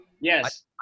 Yes